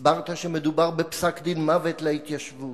הסברת שמדובר בפסק-דין מוות להתיישבות.